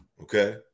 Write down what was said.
okay